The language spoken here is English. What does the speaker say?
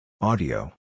Audio